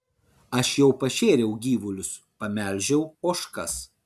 aš jau pašėriau gyvulius pamelžiau ožkas